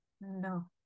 no